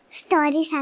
story